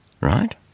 right